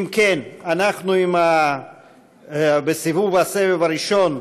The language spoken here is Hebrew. אם כן, אנחנו בסיבוב הסבב הראשון: